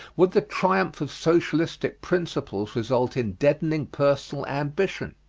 would the triumph of socialistic principles result in deadening personal ambition?